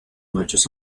machos